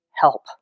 help